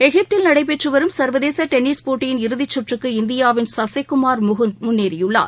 எகிப்தில் நடைபெற்றுவரும் சர்வதேசடென்னிஸ் போட்டியின் இறுதிச்சுற்றுக்கு இந்தியாவின் சசிக்குமார் முகுந்த் முன்னேறியுள்ளார்